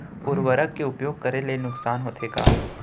उर्वरक के उपयोग करे ले नुकसान होथे का?